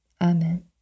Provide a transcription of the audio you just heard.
Amen